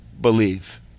believe